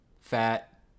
fat